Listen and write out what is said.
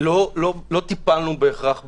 לא טיפלנו בהכרח בזה.